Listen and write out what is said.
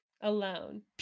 Alone